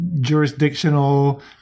jurisdictional